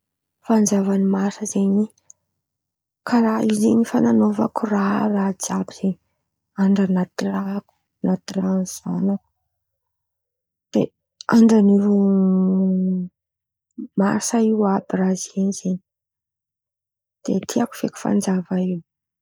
Fanjava ny Marsa zen̈y karàha io zen̈y fan̈anaovako raha raha jiàby zen̈y, andra natirahako, natirahany zanako, de anadran̈io Marsa io àby raha zen̈y zen̈y, de tiako feky fanjava io.